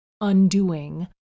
undoing